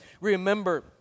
Remember